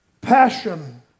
passion